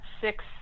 six